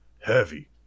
heavy